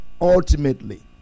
ultimately